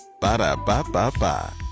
Ba-da-ba-ba-ba